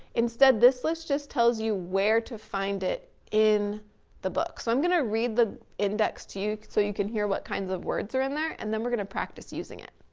instead this list just tells you, where to find it in the book. so i'm gonna read the index to you, so you can hear what kinds of words are in there and then we're gonna practice using it.